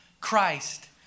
Christ